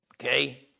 Okay